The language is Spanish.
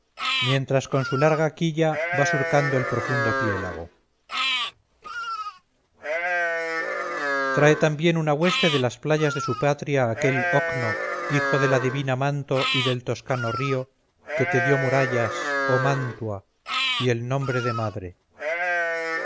mientras con su larga quilla va surcando el profundo piélago trae también una hueste de las playas de su patria aquel ocno hijo de la adivina manto y del toscano río que te dio murallas oh mantua y el nombre de madre